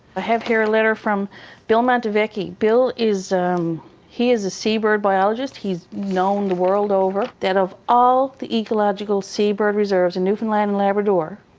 have here a letter from billmont vicky. bill, he is a seabird biologist. he's known the world over that of all the ecological seabird reserves in newfoundland and labrador,